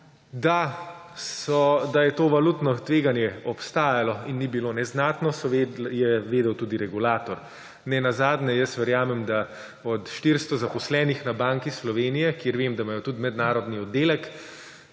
da je to valutno tveganje obstajalo in ni bilo neznatno, je vedel tudi regulator. Nenazadnje, verjamem, da od 400 zaposlenih na Banki Slovenije, kjer vem, da imajo tudi mednarodni oddelek,